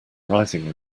rising